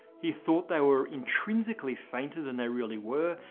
he thought they were intrinsically fainter than they really were,